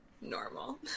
Normal